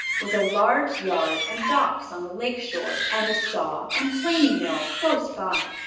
with a large yard and docks on the lake shore, and a saw and planing mill close by.